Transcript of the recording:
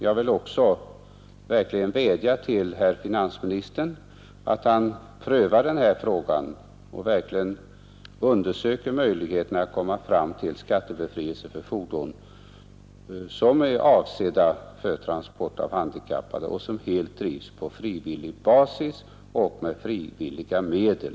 Samtidigt vädjar jag till herr finansministern att han prövar den här frågan och verkligen undersöker möjligheterna att komma fram till skattebefrielse för fordon, som är avsedda för transport äv handikappade och som helt klaras på frivillig basis och med frivilliga medel.